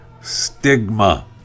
stigma